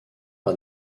par